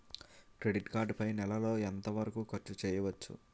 Credit card పై నెల లో ఎంత వరకూ ఖర్చు చేయవచ్చు?